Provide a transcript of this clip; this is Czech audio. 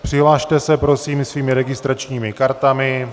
Přihlaste se prosím svými registračními kartami.